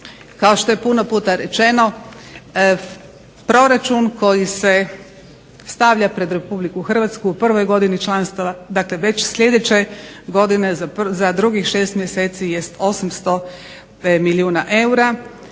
kao što je puno puta rečeno, proračun koji se stavlja pred RH u prvoj godini članstava, dakle već sljedeće godine za drugih 6 mjeseci jest 800 milijuna eura,